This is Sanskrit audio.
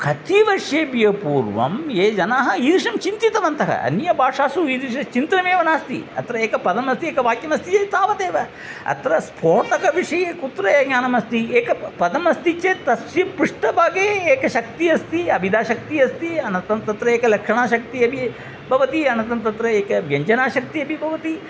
कति वर्षेभ्यः पूर्वं ये जनाः एषः चिन्तितवन्तः अन्यभाषासु इदृशं चिन्तनमेव नास्ति अत्र एकं पदम् अस्ति एकं वाक्यम् अस्ति तावदेव अत्र स्फोटकविषये कुत्र ज्ञानम् अस्ति एकं पदम् अस्ति चेत् तस्य पृष्ठभागे एका शक्तिः अस्ति अभिधाशक्तिः अस्ति अनन्तरं तत्र एका लक्षणाशक्तिः अपि भवति अनन्तरं तत्र एका व्यञ्जनाशक्तिः अपि भवति